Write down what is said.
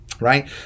right